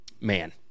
man